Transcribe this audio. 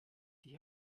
die